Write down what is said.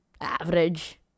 Average